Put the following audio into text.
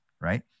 right